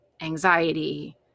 anxiety